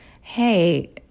Hey